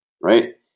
Right